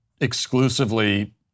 exclusively